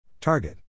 Target